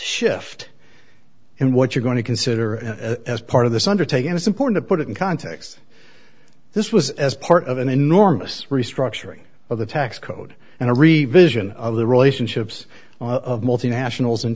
shift in what you're going to consider as part of this undertaking it's important to put it in context this was as part of an enormous restructuring of the tax code and a revision of the relationships of multinationals in